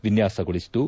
ವಿನ್ನಾಸಗೊಳಿಸಿದ್ದು